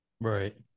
Right